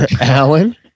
Alan